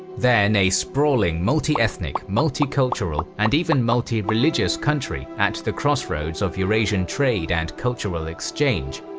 then, a sprawling multiethnic, multicultural, and even multi-religious country at the crossroads of eurasian trade and cultural exchange.